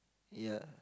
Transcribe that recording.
ya